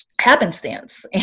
happenstance